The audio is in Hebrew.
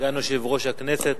סגן יושב-ראש הכנסת,